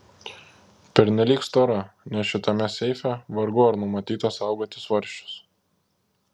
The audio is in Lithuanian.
pernelyg stora nes šitame seife vargu ar numatyta saugoti svarsčius